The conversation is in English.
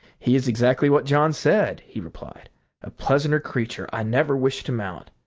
he is exactly what john said, he replied a pleasanter creature i never wish to mount.